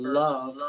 love